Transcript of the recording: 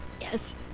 Yes